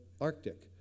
Arctic